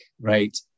Right